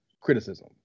criticism